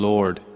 Lord